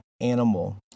animal